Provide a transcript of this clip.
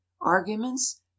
arguments